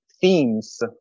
themes